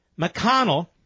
McConnell